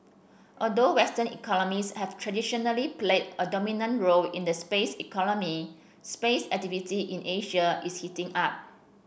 although western economies have traditionally played a dominant role in the space economy space activity in Asia is heating up